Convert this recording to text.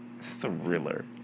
thriller